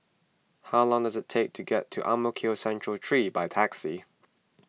how long does it take to get to Ang Mo Kio Central three by taxi